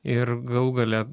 ir galų gale